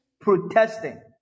Protesting